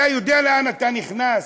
אתה יודע לאן אתה נכנס?